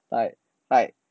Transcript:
like like